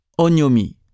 Onyomi